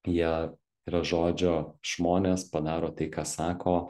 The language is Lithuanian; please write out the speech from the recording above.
jie yra žodžio žmonės padaro tai ką sako